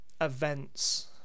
events